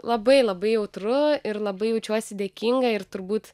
labai labai jautru ir labai jaučiuosi dėkinga ir turbūt